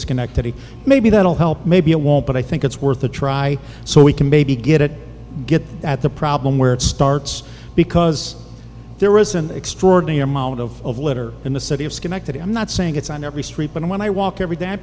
schenectady maybe that will help maybe it won't but i think it's worth a try so we can maybe get it get at the problem where it starts because there was an extraordinary amount of litter in the city of schenectady i'm not saying it's on every street but when i walk every day i